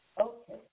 Okay